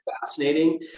fascinating